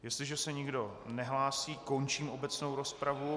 Jestliže se nikdo nehlásí, končím obecnou rozpravu.